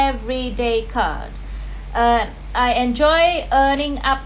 every day card uh I enjoy earning up